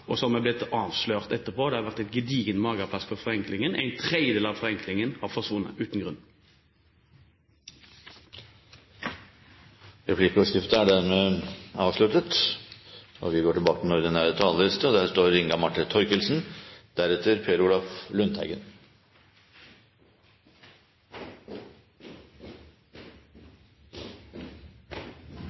men som er blitt avslørt etterpå som et gedigent mageplask for forenklingen. En tredjedel av forenklingen har forsvunnet uten grunn. Replikkordskiftet er